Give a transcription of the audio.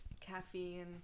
caffeine